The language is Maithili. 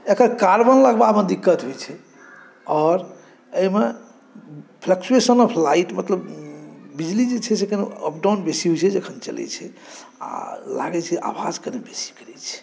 एकर कार्बन लगबामे दिक़्क़त होइ छै आओर एहिमे फ़्लकचुएशन ऑफ़ लाइट मतलब बिजली जे छै से कनी अप डाउन बेसी होइ छै जखन चलै छै आ लागै छै जे आवाज़ कनी बेसी करै छै